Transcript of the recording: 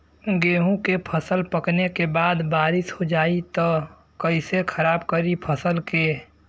गेहूँ के फसल पकने के बाद बारिश हो जाई त कइसे खराब करी फसल के?